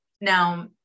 Now